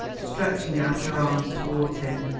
stretching out her arms towards him.